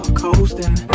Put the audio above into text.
coasting